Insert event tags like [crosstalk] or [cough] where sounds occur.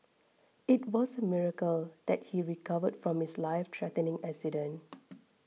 it was a miracle that he recovered from his lifethreatening accident [noise]